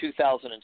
2007